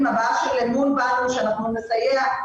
שאלה כללית ואחרי זה אכנס יותר לפרטים.